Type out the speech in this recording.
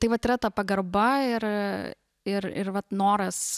tai vat yra ta pagarba ir ir ir vat noras